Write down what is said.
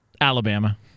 Alabama